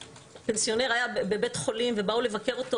פנסיונר היה בבית חולים ובאו לבקר אותו